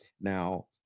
Now